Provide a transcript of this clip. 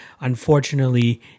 unfortunately